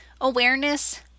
awareness